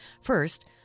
First